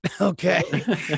okay